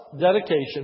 dedication